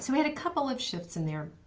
so had a couple of shifts in there,